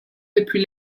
depuis